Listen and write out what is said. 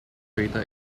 crater